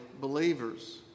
believers